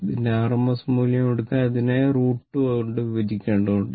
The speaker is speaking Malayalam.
ഇതിന്റെ rms മൂല്യം എടുക്കാൻ അതിനെ √ 2 ആയി വിഭജിക്കേണ്ടതുണ്ട്